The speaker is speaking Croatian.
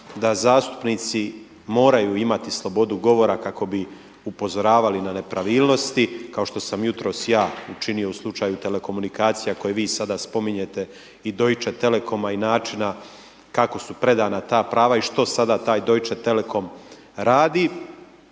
da zastupnici moraju imati slobodu govora kako bi upozoravali na nepravilnosti, kao što sam jutros ja učinio u slučaju telekomunikacija koje vi sada spominjete i Deutsche telekoma i načina kako su predana ta prava i što sada taj Deutsche telekom radi.